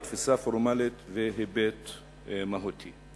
או תפיסה פורמלית, והיבט מהותי.